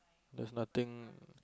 there's nothing